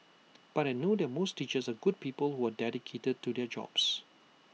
but I know that most teachers are good people who are dedicated to their jobs